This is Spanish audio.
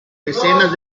mecenas